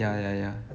ya ya ya